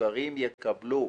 שהמבוגרים יקבלו,